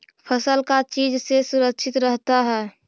फसल का चीज से सुरक्षित रहता है?